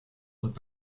und